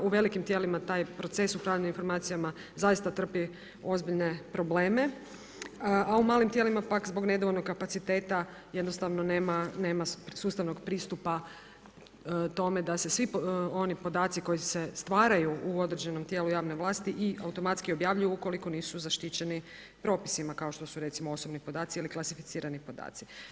U velikim tijelima taj proces upravljanja informacijama zaista trpi ozbiljne problema, a u malim tijelima pak zbog nedovoljnog kapaciteta jednostavno nema sustavnog pristupa tome da se svi oni podaci koji se stvaraju u određenom tijelu javne vlasti i automatski objavljuju ukoliko nisu zaštićeni propisima kao što su recimo osobni podaci ili klasificirani podaci.